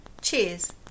cheers